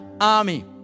army